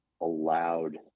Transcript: allowed